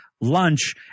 lunch